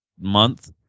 month